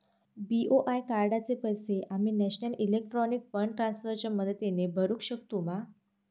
BOI कार्डाचे पैसे आम्ही नेशनल इलेक्ट्रॉनिक फंड ट्रान्स्फर च्या मदतीने भरुक शकतू मा?